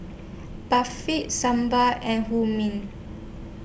Barfi Sambar and Hummus